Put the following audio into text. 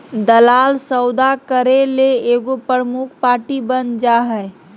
दलाल सौदा करे ले एगो प्रमुख पार्टी बन जा हइ